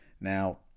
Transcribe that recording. Now